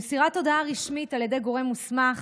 למסירת הודעה רשמית על ידי גורם מוסמך